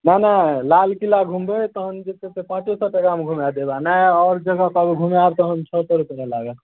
नहि नहि लालकिला घुमबै तऽ तहन जे छै से पाँचे सओ टाकामे घुमा देब आओर नहि आओर जगहपर घुमाएब तहन छओ सओ रुपैआ लागत